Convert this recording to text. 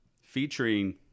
featuring